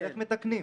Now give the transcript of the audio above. איך מתקנים?